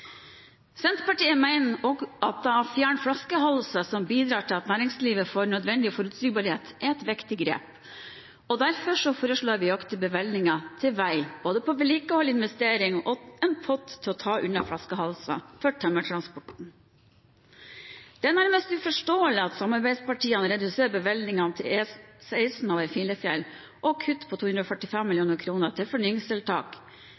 Senterpartiet mener også at det å fjerne flaskehalser, som bidrar til at næringslivet får nødvendig forutsigbarhet, er et viktig grep, og derfor foreslår vi økte bevilgninger til vei, både til vedlikehold, til investering og til en pott for å ta unna flaskehalser for tømmertransporten. Det er nærmest uforståelig at samarbeidspartiene reduserer bevilgningene til E16 over Filefjell og kutter 245